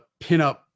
pinup